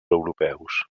europeus